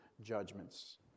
judgments